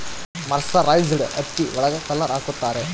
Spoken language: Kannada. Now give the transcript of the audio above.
ಮರ್ಸರೈಸ್ಡ್ ಹತ್ತಿ ಒಳಗ ಕಲರ್ ಹಾಕುತ್ತಾರೆ